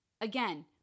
again